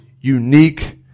unique